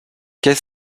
qu’est